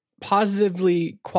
positively